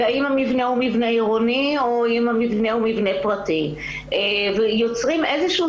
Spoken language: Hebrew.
ואם המבנה הוא מבנה עירוני או אם המבנה הוא מבנה פרטי ויוצרים איזשהו